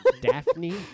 Daphne